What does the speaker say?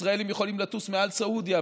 ישראלים יכולים לטוס מעל סעודיה,